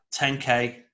10k